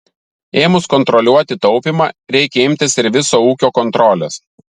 ėmus kontroliuoti taupymą reikia imtis ir viso ūkio kontrolės